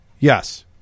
Yes